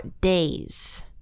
days